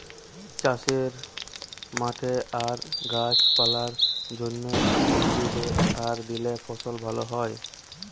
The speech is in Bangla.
চাষের মাঠে আর গাছ পালার জন্যে, উদ্ভিদে সার দিলে ফসল ভ্যালা হয়